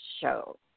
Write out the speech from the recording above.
show